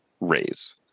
raise